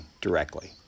directly